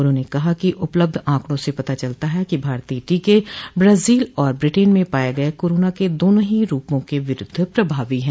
उन्होंने कहा कि उपलब्ध आंकड़ों से पता चलता है कि भारतीय टीके ब्राजील और ब्रिटेन में पाए गए कोरोना के दोनों ही रूपों के विरूद्व प्रभावी हैं